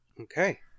Okay